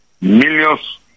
millions